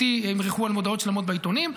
אותי ימרחו על מודעות שלמות בעיתונים,